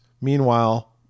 Meanwhile